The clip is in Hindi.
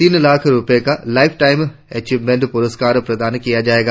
तीन लाख रुपये का एक लाइफ टाइम अचीवमेंट पुरस्कार प्रदान किया जायेगा